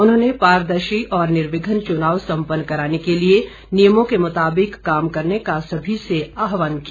उन्होंने पारदर्शी और निर्विध्न चुनाव सम्पन्न कराने के लिए नियमों के मुताबिक काम करने का सभी से आहवान किया